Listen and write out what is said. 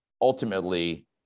ultimately